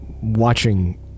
watching